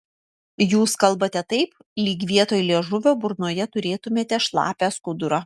jūs kalbate taip lyg vietoj liežuvio burnoje turėtumėte šlapią skudurą